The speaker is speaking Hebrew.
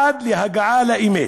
עד הגעה לאמת.